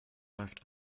läuft